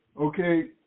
Okay